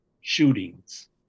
shootings